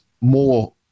more